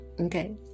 okay